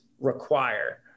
require